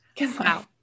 Wow